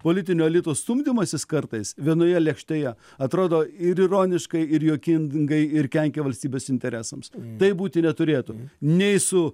politinio elito stumdymasis kartais vienoje lėkštėje atrodo ir ironiškai ir juokingai ir kenkia valstybės interesams tai būti neturėtų nei su